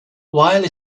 while